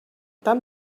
tan